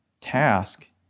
task